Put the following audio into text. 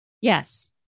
Yes